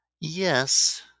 Yes